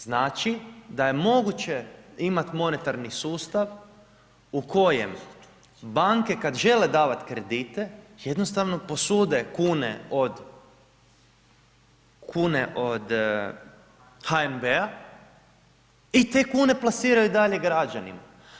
Znači, da je moguće imat monetarni sustav u kojem banke kada žele davati kredite jednostavno posude kune od HNB-a i te kune plasiraju dalje građanima.